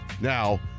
now